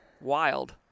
wild